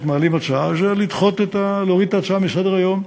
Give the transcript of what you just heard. מעלים הצעה זה להוריד את ההצעה מסדר-היום.